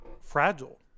fragile